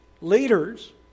leaders